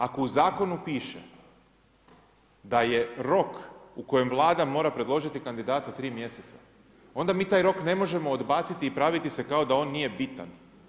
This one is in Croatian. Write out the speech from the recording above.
Ako u zakonu piše da je rok u kojem Vlada mora predložiti kandidata 3 mjeseca, onda mi taj rok ne možemo odbaciti i praviti se kao da on nije bitan.